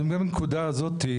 אני אומר בנקודה הזאת,